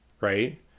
right